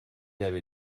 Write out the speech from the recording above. avait